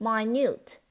Minute